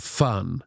fun